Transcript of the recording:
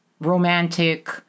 romantic